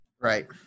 Right